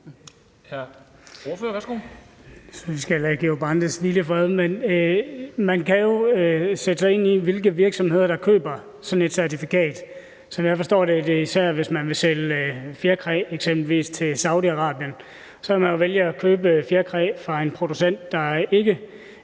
i fred. Man kan jo sætte sig ind i, hvilke virksomheder der køber sådan et certifikat. Som jeg forstår det, er det især, hvis man vil sælge fjerkræ eksempelvis til Saudi-Arabien, og så kan man jo vælge at købe fjerkræ fra en producent, der ikke